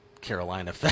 Carolina